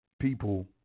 people